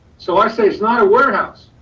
so i say, it's not a warehouse.